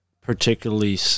particularly